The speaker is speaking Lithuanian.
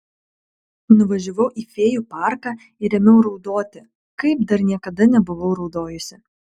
nuvažiavau į fėjų parką ir ėmiau raudoti kaip dar niekada nebuvau raudojusi